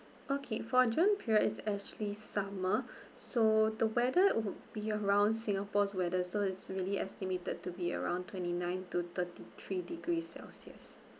okay for june period is actually summer so the weather would be around singapore's weather so it's really estimated to be around twenty nine to thirty three degree celsius